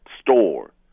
store